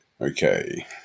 Okay